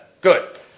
Good